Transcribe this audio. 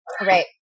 Right